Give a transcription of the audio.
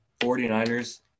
49ers